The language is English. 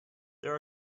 there